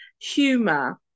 humor